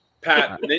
Pat